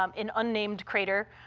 um an unnamed crater,